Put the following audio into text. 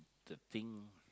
the thing